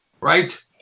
right